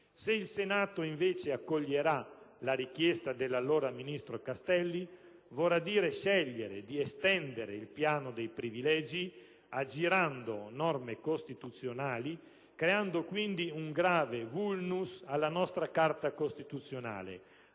Se il Senato, invece, accoglierà la richiesta dell'allora ministro Castelli, significherà scegliere di estendere il piano dei privilegi aggirando norme costituzionali, creando un grave *vulnus* alla nostra Carta costituzionale